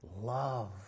love